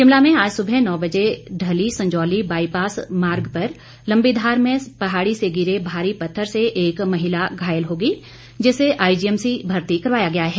शिमला में आज सुबह नौ बजे ढली संजौली बाईपास सड़क पर लंबीधार में पहाड़ी से गिरे भारी पत्थर से महिला घायल हो गई जिसे आईजीएमसी भर्ती करवाया गया है